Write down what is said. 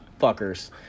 fuckers